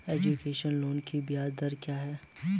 Education loan की ब्याज दर क्या है?